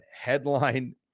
Headline